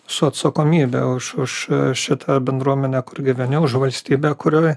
su atsakomybe už už šitą bendruomenę kur gyveni už valstybę kurioj